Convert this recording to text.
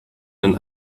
den